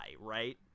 right